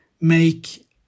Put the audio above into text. make